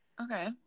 Okay